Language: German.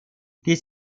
die